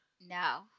No